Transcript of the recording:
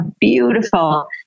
beautiful